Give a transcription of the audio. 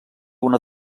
una